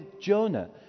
Jonah